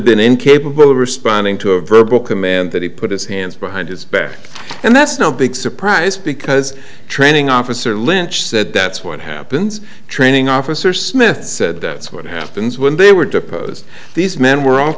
been incapable of responding to a verbal command that he put his hands behind his back and that's no big surprise because training officer lynch said that's what happens training officer smith said that's what happens when they were deposed these men were